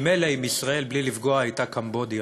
כי מילא אם ישראל, בלי לפגוע, הייתה קמבודיה,